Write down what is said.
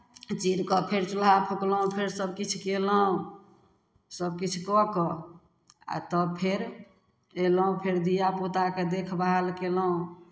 चीर कऽ फेर चूल्हा फुकलहुँ फेर सभकिछु कयलहुँ सभकिछु कऽ कऽ आ तब फेर अयलहुँ फेर धियापुताके देखभाल कयलहुँ